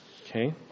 Okay